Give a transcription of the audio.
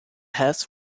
hess